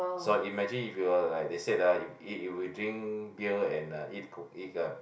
so imagine if you were like they said ah if we drink beer and eat eat uh